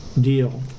deal